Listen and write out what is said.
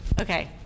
Okay